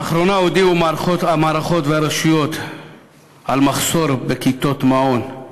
לאחרונה הודיעו המערכות והרשויות על מחסור בכיתות מעון,